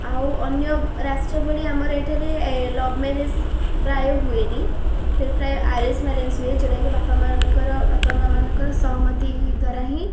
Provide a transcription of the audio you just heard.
ଆଉ ଅନ୍ୟ ରାଷ୍ଟ୍ର ଭଳି ଆମର ଏଠାରେ ଲଭ୍ ମ୍ୟାରେଜ ପ୍ରାୟ ହୁଏନି ପ୍ରାୟ ଆରେଞ୍ଜ୍ ମ୍ୟାରେଜ ହୁଏ ଯେଉଁଟାକି ବାପା ମାନଙ୍କର ବାପା ମା ମାନଙ୍କର ସହମତି ଦ୍ୱାରା ହିଁ